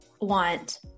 want